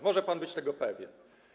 Może pan być tego pewien.